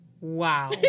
Wow